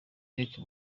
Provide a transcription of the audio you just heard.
tracy